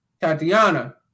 Tatiana